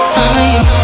time